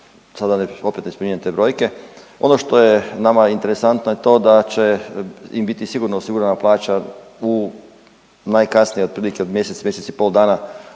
sada nekih opet ne spominjete brojke. Ono što je nama interesantno je to da će im biti sigurno osigurana plaća u najkasnije otprilike mjesec, mjesec i političkim